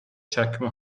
چکمه